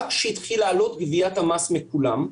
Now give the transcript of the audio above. רק כשהתחיל לעלות גביית המס מכולם.